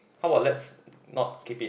how about let's not keep it